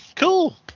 Cool